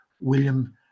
William